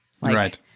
Right